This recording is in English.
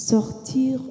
Sortir